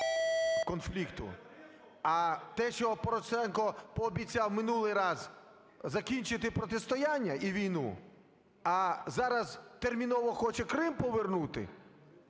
А те, що Порошенко пообіцяв минулий раз закінчити протистояння і війну, а зараз терміново хоче Крим повернути,